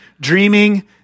dreaming